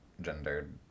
gendered